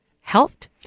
helped